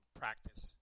practice